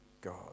God